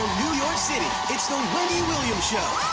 new york city, it's the um wendy williams show.